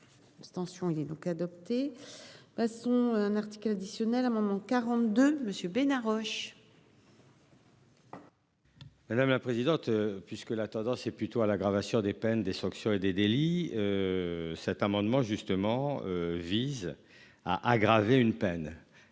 Abstention. Il est donc adopté. Passons un article additionnel à moment 42 monsieur Bena Roche. Madame la présidente, puisque la tendance est plutôt à l'aggravation des peines des sanctions et des délits. Cet amendement justement vise à aggraver une peine,